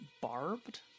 barbed